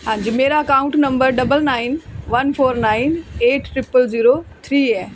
ਹਾਂਜੀ ਮੇਰਾ account number double nine one four nine eight triple zero three ਹੈ